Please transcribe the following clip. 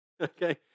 Okay